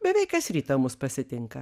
beveik kas rytą mus pasitinka